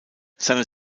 seine